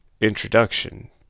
introduction